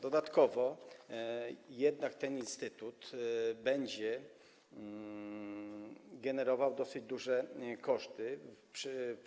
Dodatkowo ten instytut będzie generował dosyć duże koszty.